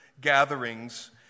gatherings